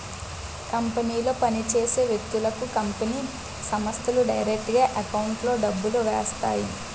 కంపెనీలో పని చేసే వ్యక్తులకు కంపెనీ సంస్థలు డైరెక్టుగా ఎకౌంట్లో డబ్బులు వేస్తాయి